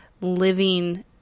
living